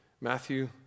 Matthew